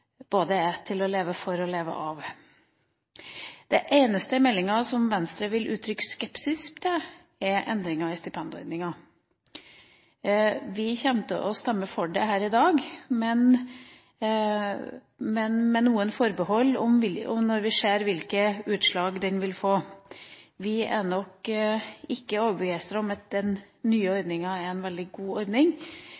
Venstre vil uttrykke skepsis til, er endringer i stipendordningene. Vi kommer til å stemme for det her i dag, men med noen forbehold – når vi ser hvilke utslag det vil få. Vi er nok ikke overbevist om at den nye